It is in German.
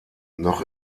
noch